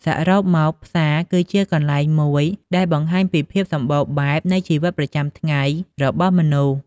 សរុបមក ផ្សារ គឺជាកន្លែងមួយដែលបង្ហាញពីភាពសម្បូរបែបនៃជីវិតប្រចាំថ្ងៃរបស់មនុស្ស។